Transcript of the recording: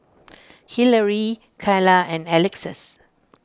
Hilary Kylah and Alexus